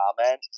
comment